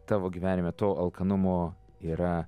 tavo gyvenime to alkanumo yra